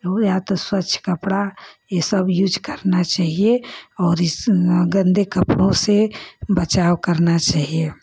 या तो स्वच्छ कपड़ा ये सब यूज करना चहिए और इस गंदे कपड़ों से बचाव करना चहिए